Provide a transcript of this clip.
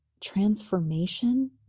transformation